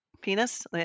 penis